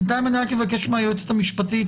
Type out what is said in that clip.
בינתיים אבקש מהיועצת המשפטית,